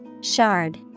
Shard